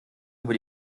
über